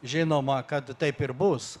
žinoma kad taip ir bus